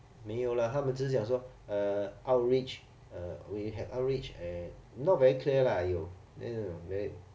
没有啦他们只是说 uh outreach uh we have outreached uh not very clear lah !aiyo!